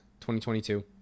2022